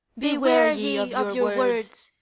beware ye of your words,